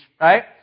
right